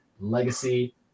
legacy